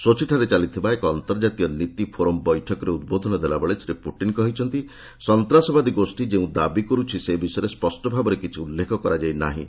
ସୋଚିଠାରେ ଚାଲିଥିବା ଏକ ଅନ୍ତର୍ଜାତୀୟ ନୀତି ଫୋରମ୍ ବୈଠକରେ ଉଦ୍ବୋଧନ ଦେଲାବେଳେ ଶ୍ରୀ ପୁଟିନ୍ କହିଛନ୍ତି ସନ୍ତାସବାଦୀ ଗୋଷ୍ଠୀ ଯେଉଁ ଦାବି କରୁଛି ସେ ବିଷୟରେ ସ୍ୱଷ୍ଟ ଭାବରେ କିଛି ଉଲ୍ଲେଖ କରାଯାଇ ନାହିଁ